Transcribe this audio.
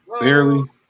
barely